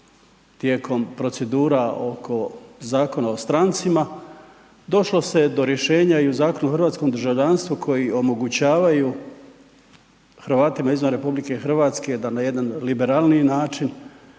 tijekom procedura oko Zakona o strancima došlo se do rješenja i u Zakonu o hrvatskom državljanstvu koji omogućavaju Hrvatima izvan RH da na jedan liberalniji način